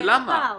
למה?